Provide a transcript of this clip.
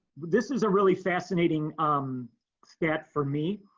this is a really fascinating um stat for me.